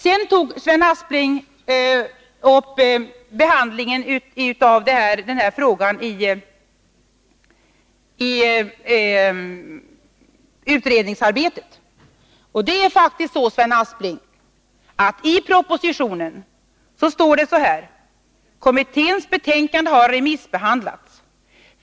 Sven Aspling tog sedan upp behandlingen av denna fråga i utredningsarbetet. I propositionen, Sven Aspling, står det faktiskt: ”Kommitténs betänkande har remissbehandlats.